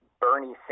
Bernie